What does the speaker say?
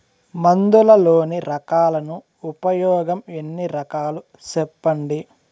మందులలోని రకాలను ఉపయోగం ఎన్ని రకాలు? సెప్పండి?